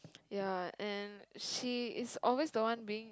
ya and she is always the one being